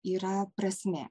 yra prasmė